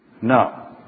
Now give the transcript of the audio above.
No